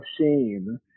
shame